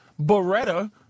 Beretta